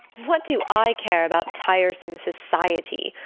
what do i care about tiresome society?